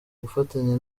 gufatanya